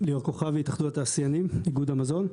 ליאור כוכבי, התאחדות התעשיינים, איגוד המזון.